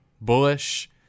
Bullish